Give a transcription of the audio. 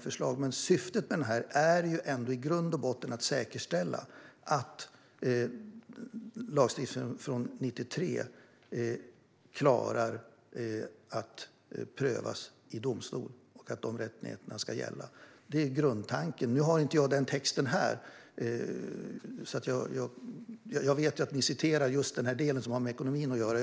förslag, men syftet är i grund och botten att säkerställa att lagstiftningen från 1993 klarar att prövas i domstol och att dessa rättigheter ska gälla. Det är grundtanken. Jag har inte den texten här, men jag vet att ni citerar just den del som har med ekonomin att göra.